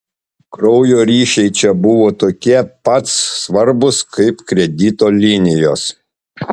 kraujo ryšiai čia buvo tokie pats svarbūs kaip kredito linijos